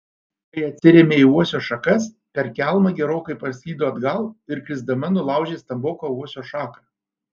kai atsirėmė į uosio šakas per kelmą gerokai paslydo atgal ir krisdama nulaužė stamboką uosio šaką